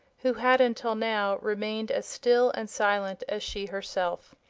who had until now remained as still and silent as she herself.